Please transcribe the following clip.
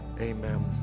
amen